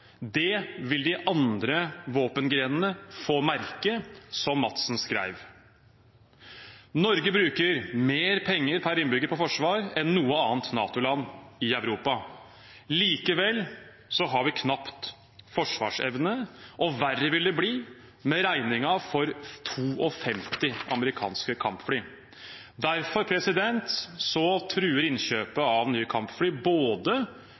Det vil de andre våpengrenene få merke.» Norge bruker mer penger per innbygger på forsvar enn noe annet NATO-land i Europa. Likevel har vi knapt forsvarsevne, og verre vil det bli med regningen for 52 amerikanske kampfly. Derfor truer innkjøpet av nye kampfly både